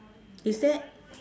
is there